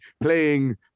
playing